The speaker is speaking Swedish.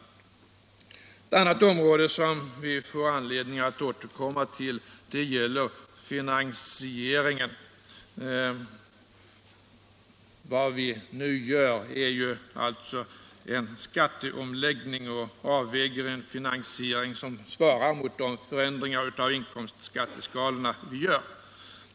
Ett annat område som vi får anledning att återkomma till gäller finansieringen. Vad vi nu gör är alltså en skatteomläggning, och vi avväger en finansiering som svarar mot de förändringar av inkomstskatteskalorna som vi gör.